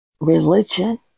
religion